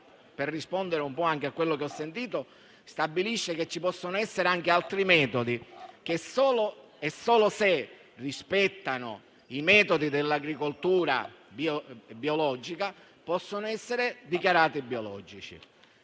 per rispondere anche a quello che ho sentito, stabilisce che ci possono essere anche altri metodi, che solo se rispettano quelli dell'agricoltura biologica possono essere dichiarati biologici.